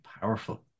powerful